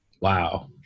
Wow